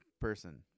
person